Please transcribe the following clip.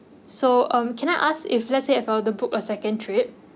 so um can I ask if let's say if I were to book a second trip